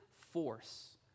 force